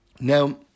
Now